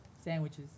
sandwiches